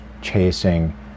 chasing